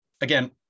Again